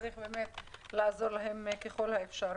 צריך לעזור להם ככל האפשר.